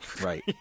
Right